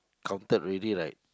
counted already right